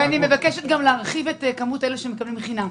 אני מבקשת גם להרחיב את מי שמקבלים חינם,